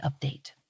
update